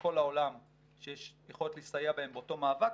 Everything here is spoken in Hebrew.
מכל העולם שיש יכולת להסתייע בהם באותו מאבק,